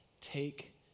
take